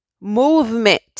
movement